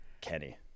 Kenny